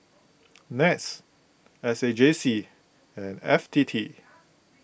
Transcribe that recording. NETS S A J C and F T T